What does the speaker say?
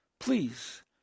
Please